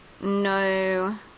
no